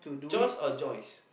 choice or joys